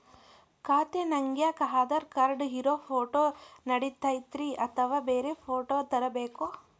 ಖಾತೆ ತಗ್ಯಾಕ್ ಆಧಾರ್ ಕಾರ್ಡ್ ಇರೋ ಫೋಟೋ ನಡಿತೈತ್ರಿ ಅಥವಾ ಬ್ಯಾರೆ ಫೋಟೋ ತರಬೇಕೋ?